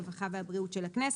הרווחה והבריאות של הכנסת."